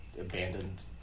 abandoned